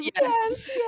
yes